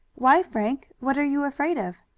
why, frank? what are you afraid of?